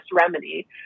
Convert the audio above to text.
remedy